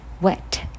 Wet